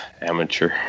amateur